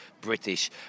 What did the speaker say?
British